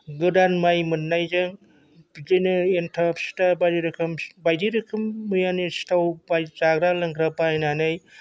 गोदान माइ मोननायजों बिदिनो एन्थाब फिथा बायदि रोखोम मैयानि सिथाव जाग्रा लोंग्रा बायनानै